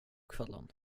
kvällen